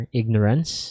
ignorance